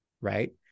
right